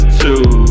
two